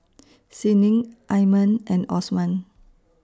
Senin Iman and Osman